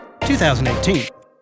2018